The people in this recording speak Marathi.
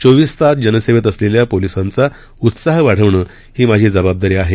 चोवीस तास जनसेवेत असलेल्या पोलिसांचा उत्साह वाढवणं ही माझी जबाबदारी आहे